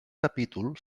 capítol